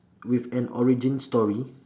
with an origin story